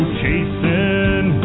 chasing